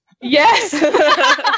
Yes